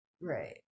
right